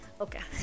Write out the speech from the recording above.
Okay